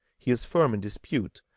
he is firm in dispute,